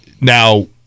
Now